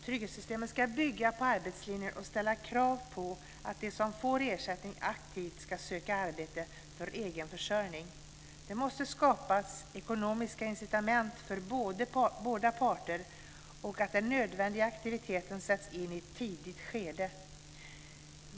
Trygghetssystemet ska bygga på arbetslinjen och ställa krav på att de som får ersättning aktivt ska söka arbete för egen försörjning. Det måste skapas ekonomiska incitament för båda parter, och den nödvändiga aktiviteten ska sättas in i ett tidigt skede.